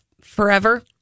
forever